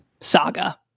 saga